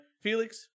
Felix